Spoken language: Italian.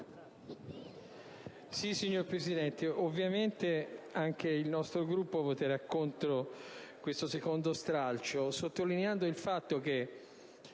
Signor Presidente, ovviamente anche il nostro Gruppo voterà contro questa seconda proposta di stralcio, sottolineando il fatto che